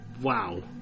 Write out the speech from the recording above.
Wow